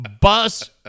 bus